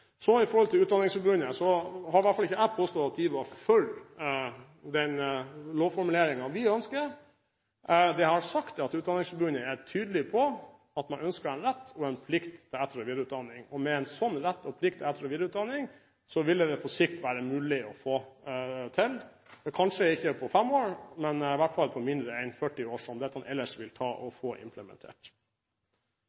Utdanningsforbundet, har i hvert fall ikke jeg påstått at de var for lovformuleringen som vi ønsker. Det jeg har sagt, er at Utdanningsforbundet er tydelig på at de ønsker en rett og en plikt til etter- og videreutdanning. Med en slik rett og plikt til etter- og videreutdanning ville det på sikt være mulig å få til. Kanskje ikke på fem år, men i hvert fall på mindre enn 40 år, som dette ellers ville ta